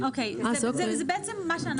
זה בעצם מה שאנחנו אומרים.